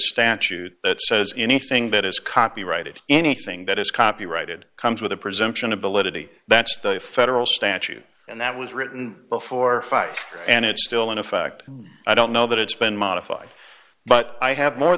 statute that says anything that is copyrighted anything that is copyrighted comes with a presumption ability that's a federal statute and that was written before five and it's still in effect i don't know that it's been modified but i have more